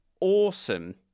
awesome